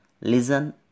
listen